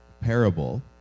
parable